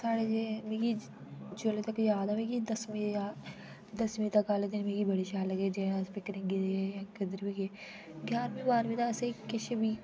साढे जे मिगी जोल्लै तक जाद ऐ मिगी दसमी दा दसमी दिन आह्ले तक मी बड़ी शैल बाद जियां अस पिकनिक गेदे हे जां किधर बी गे ग्यारहवी बारमी दा असेई कैश बी